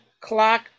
clock